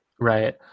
Right